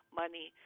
money